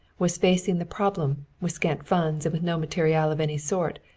was facing the problem, with scant funds and with no materiel of any sort,